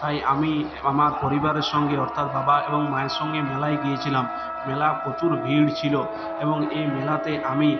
তাই আমি আমার পরিবারের সঙ্গে অর্থাৎ বাবা এবং মায়ের সঙ্গে মেলায় গিয়েছিলাম মেলা প্রচুর ভিড় ছিল এবং এ মেলাতে আমি